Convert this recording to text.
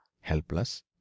helpless